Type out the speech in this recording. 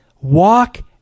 Walk